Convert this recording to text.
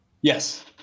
Yes